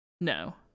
no